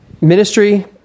Ministry